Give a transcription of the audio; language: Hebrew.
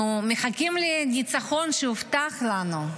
אנחנו מחכים לניצחון שהובטח לנו.